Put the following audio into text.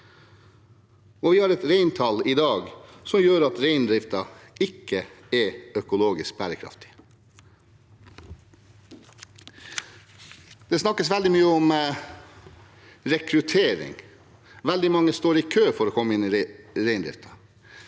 vi har et reintall i dag som gjør at reindriften ikke er økologisk bærekraftig. Det snakkes veldig mye om rekruttering, at veldig mange står i kø for å komme inn i reindriften.